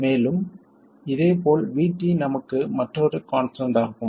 மேலும் இதேபோல் VT நமக்கு மற்றொரு கான்ஸ்டன்ட் ஆகும்